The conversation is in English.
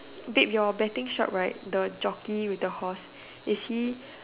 did your betting shop right the jockey with the horse is he